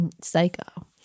psycho